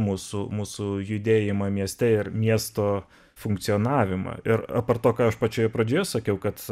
mūsų mūsų judėjimą mieste ir miesto funkcionavimą ir aptart to ką aš pačioje pradžioje sakiau kad